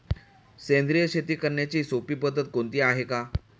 सेंद्रिय शेती करण्याची सोपी पद्धत कोणती आहे का?